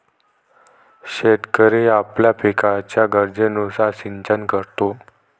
शेतकरी आपल्या पिकाच्या गरजेनुसार सिंचन करतो